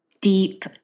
deep